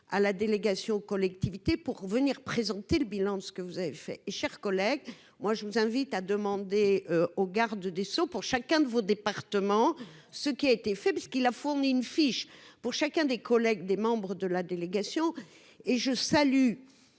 à la délégation aux collectivités pour venir présenter le bilan de ce que vous avez fait, cher collègue, moi, je vous invite à demander au garde des Sceaux pour chacun de vos départements, ce qui a été fait, puisqu'il a fourni une fiche pour chacun des collègues, des membres de la délégation et je salue